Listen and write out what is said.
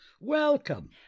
Welcome